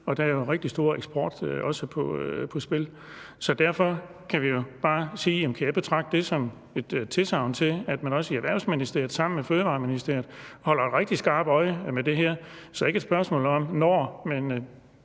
og der er også en rigtig stor eksport på spil. Derfor vil jeg bare spørge: Jamen kan jeg betragte det som et tilsagn til, at man også i Erhvervsministeriet sammen med Miljø- og Fødevareministeriet holder rigtig skarpt øje med det her? Så det ikke er et spørgsmål om hvis, men